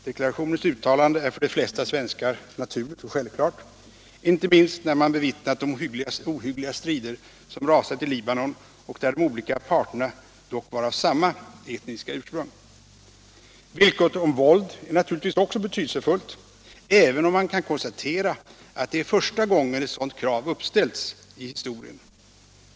Deklarationens uttalande är för de flesta svenskar naturligt och självklart, icke minst när man bevittnat de ohyggliga strider som rasat i Libanon och där de olika parterna dock var av samma etniska ursprung. Villkoret om våld är naturligtvis också betydelsefullt, även om man kan konstatera att det är första gången i historien ett sådant krav uppställts.